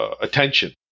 Attention